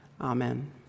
Amen